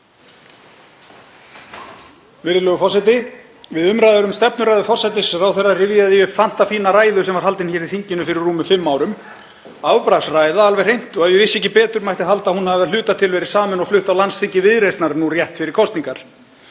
Virðulegur forseti. Við umræður um stefnuræðu forsætisráðherra rifjaði ég upp fantafína ræðu sem var haldin hér í þinginu fyrir rúmum fimm árum, afbragðsræða alveg hreint og ef ég vissi ekki betur mætti halda að hún hafi að hluta til verið samin og flutt á landsþingi Viðreisnar nú rétt fyrir kosningar.